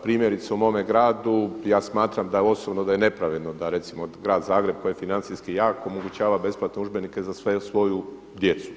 Primjerice u mome gradu, ja smatram osobno da je nepravedno, da recimo grad Zagreb koji je financijski jak omogućava besplatne udžbenike za sve, svoju djecu.